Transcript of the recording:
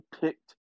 picked